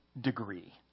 degree